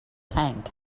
tank